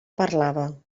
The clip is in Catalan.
parlava